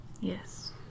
Yes